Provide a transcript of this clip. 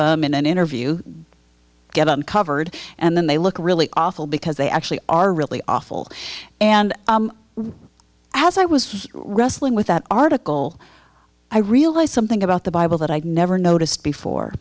them in an interview get uncovered and then they look really awful because they actually are really awful and as i was wrestling with that article i realized something about the bible that i'd never noticed before